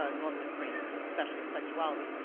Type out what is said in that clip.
ah normative framing, especially of sexuality.